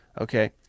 Okay